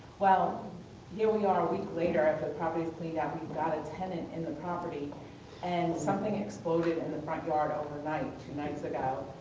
well here we are a week later after the property's cleaned out, we've got a tenant in the property and something exploded in the front yard overnight two nights ago.